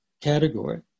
category